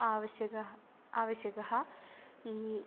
आवश्यकः आवश्यकः